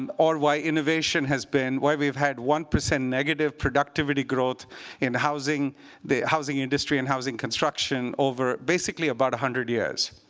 um or why innovation has been why we've had one percent negative productivity growth in the housing industry and housing construction over basically about a hundred years.